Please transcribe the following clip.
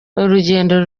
urugendo